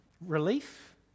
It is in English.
Relief